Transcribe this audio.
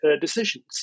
decisions